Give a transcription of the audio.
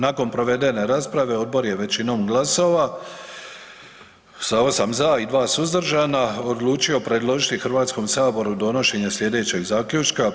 Nakon provedene rasprave odbor je većinom glasova sa 8 za i 2 suzdržana odlučio predložiti Hrvatskom saboru donošenje slijedećeg zaključka.